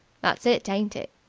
that's it, ain't it?